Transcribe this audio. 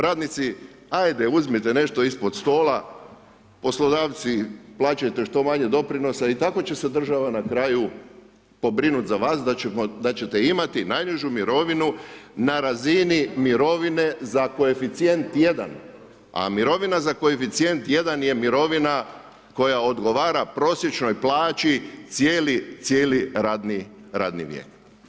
Radnici ajde uzmite nešto ispod stola, poslodavci plaćajte što manje doprinosa i tako će se država na kraju pobrinuti za vas da ćete imati najnižu mirovinu na razini mirovine za koeficijent 1, a mirovina za koeficijent 1 je mirovina koja odgovara prosječnoj plaći cijeli radni vijek.